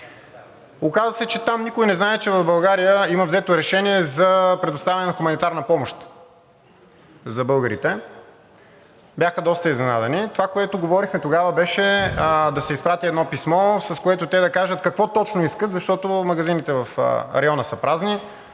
Оказа се, че там никой не знае, че в България има взето решение за предоставяне на хуманитарна помощ за българите, бяха доста изненадани. Това, което говорихме тогава, беше да се изпрати едно писмо, с което те да кажат какво точно искат, защото магазините в района са празни,